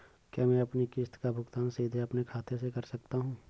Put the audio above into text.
क्या मैं अपनी किश्त का भुगतान सीधे अपने खाते से कर सकता हूँ?